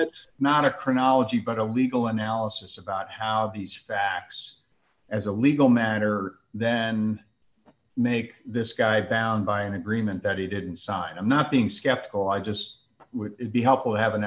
that's not a chronology but a legal analysis about how these facts as a legal matter then make this guy bound by an agreement that he didn't sign i'm not being skeptical i just would be helpful have an